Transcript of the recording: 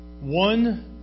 One